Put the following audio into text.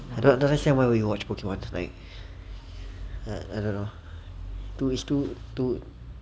I don't understand why would we watch pokemon last time it's like err I I don't know too it's too too